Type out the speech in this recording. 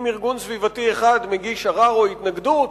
אם ארגון סביבתי אחד מגיש ערר או התנגדות,